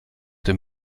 dem